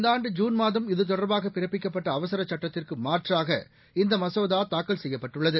இந்த ஆண்டு ஜூன் மாதம் இதுதொடர்பாக பிறப்பிக்கப்பட்ட அவசரச் சட்டத்திற்கு மாற்றாக இந்த மசோதா தாக்கல் செய்யப்பட்டுள்ளது